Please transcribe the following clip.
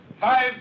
Five